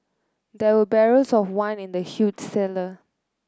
there were barrels of wine in the huge cellar